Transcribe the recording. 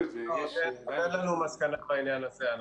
אין לנו מסקנות בעניין הזה,